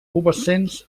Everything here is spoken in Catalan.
pubescents